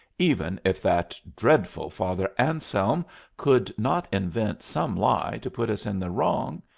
even if that dreadful father anselm could not invent some lie to put us in the wrong,